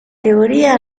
teoria